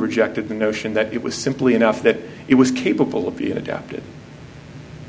rejected the notion that it was simply enough that it was capable of being adapted